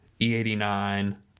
e89